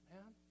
Man